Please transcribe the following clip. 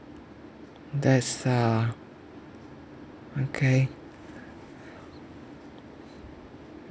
that's uh okay